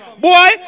Boy